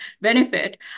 benefit